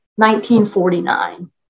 1949